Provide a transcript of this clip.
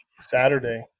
Saturday